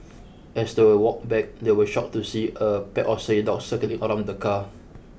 as they were walked back they were shocked to see a pack of stray dogs circling around the car